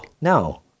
No